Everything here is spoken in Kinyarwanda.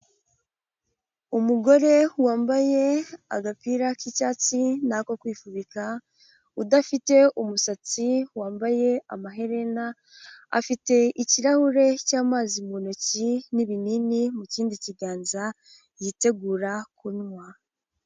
Umugore wambaye agapira k'icyatsi n'ako kwifubika, udafite umusatsi, wambaye amaherena, afite ikirahure cy'amazi mu ntoki n'ibinini mu kindi kiganza yitegura kunywa.